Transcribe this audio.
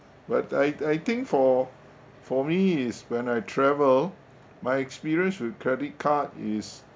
but I I think for for me is when I travel my experience with credit card is